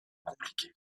compliquer